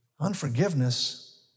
Unforgiveness